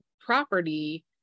property